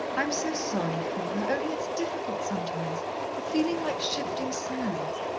i'm so sorry for her only it's difficult sometimes a feeling like shifting sands.